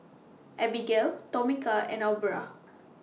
Abigale Tomeka and Aubra